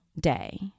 day